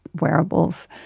wearables